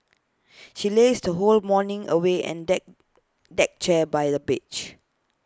she lazed her whole morning away and deck deck chair by the beach